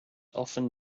often